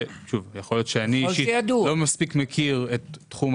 יכול להיות שאני אישית לא מספיק מכיר את תחום